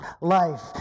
life